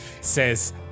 says